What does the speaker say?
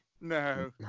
No